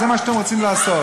זה מה שאתם רוצים לעשות.